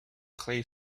clay